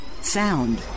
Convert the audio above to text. Sound